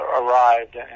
arrived